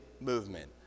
movement